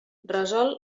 resol